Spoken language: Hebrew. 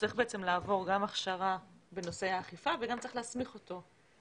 צריך לעבור גם הכשרה בנושא האכיפה וגם צריך להסמיך אותו.